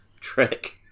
Trick